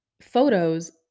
photos